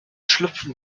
schlüpfen